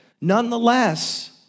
Nonetheless